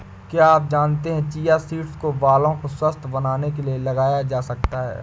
क्या आप जानते है चिया सीड्स को बालों को स्वस्थ्य बनाने के लिए लगाया जा सकता है?